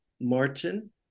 Martin